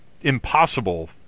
impossible